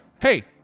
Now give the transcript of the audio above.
Hey